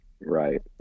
Right